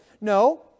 No